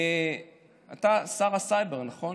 אתה שר הסייבר, נכון?